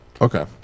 okay